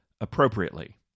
appropriately